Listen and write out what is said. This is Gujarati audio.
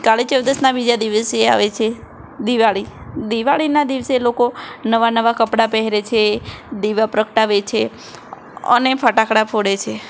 કાળી ચૌદસના બીજા દિવસે આવે છે દિવાળી દિવાળીના દિવસે લોકો નવાં નવાં કપડાં પહેરે છે દીવા પ્રગટાવે છે અને ફટાકડા ફોડે છે